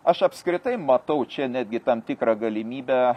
aš apskritai matau čia netgi tam tikrą galimybę